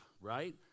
right